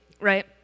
right